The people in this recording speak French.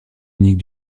uniques